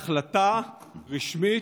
בהחלטה רשמית,